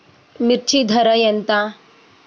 మిర్చి ధర ఎంత?